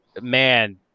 man